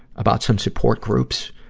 about some support groups.